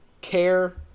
care